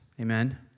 Amen